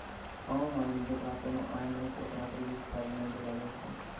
आम आदमी जेकरा कोनो आय नै छै ओकरा क्रेडिट कार्ड नै देलो जाय छै